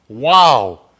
Wow